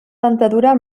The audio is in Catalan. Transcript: dentadura